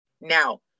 now